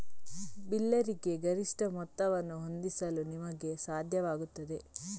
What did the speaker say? ಬಿಲ್ಲರಿಗೆ ಗರಿಷ್ಠ ಮೊತ್ತವನ್ನು ಹೊಂದಿಸಲು ನಿಮಗೆ ಸಾಧ್ಯವಾಗುತ್ತದೆ